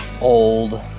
old